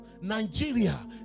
Nigeria